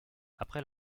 après